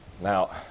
Now